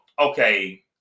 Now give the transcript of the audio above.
okay